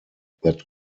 that